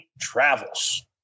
travels